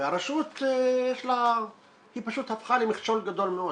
והרשות פשוט הפכה למכשול גדול מאוד.